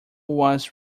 was